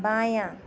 بایاں